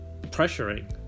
pressuring